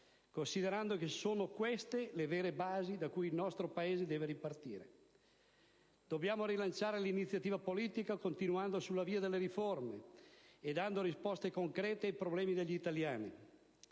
considerando che sono queste le vere basi da cui il nostro Paese deve ripartire. Dobbiamo rilanciare l'iniziativa politica continuando sulla via delle riforme e dando risposte concrete ai problemi degli italiani.